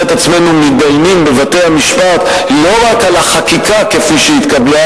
את עצמנו מתדיינים בבתי-המשפט לא רק על החקיקה כפי שהתקבלה,